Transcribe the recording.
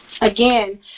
Again